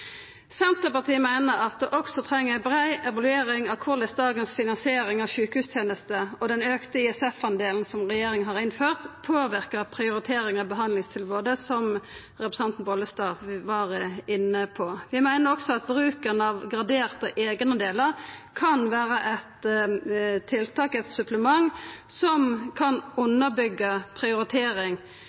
Senterpartiet meiner at ein òg treng ei brei evaluering av korleis dagens finansiering av sjukehustenester og den auka ISF-delen som regjeringa har innført, påverkar prioriteringar i behandlingstilbodet, som representanten Bollestad var inne på. Vi meiner òg at bruken av graderte eigendelar kan vera eit tiltak, eit supplement, som kan underbyggja prioritering.